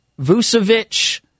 Vucevic